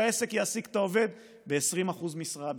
שהעסק יעסיק את העובד ב-20% משרה,